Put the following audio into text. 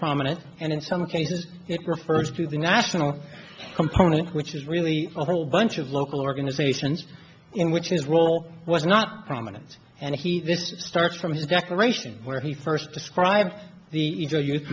prominent and in some cases it refers to the national component which is really a whole bunch of local organisations in which is role was not prominent and he starts from his declaration where he first described the